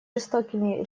жестокими